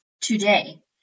today